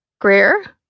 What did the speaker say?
Greer